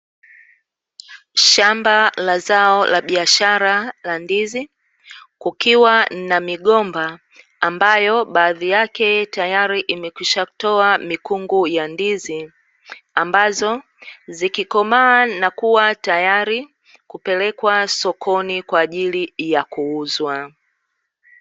Shamba la zao la biashara la ndizi, kukiwa na migomba ambayo baadhi yake tayari imekwisha toa mikungu ya ndizi, ambazo zikikomaa na kuwa tayari, kupelekwa sokoni kwa ajili ya kuuzwa.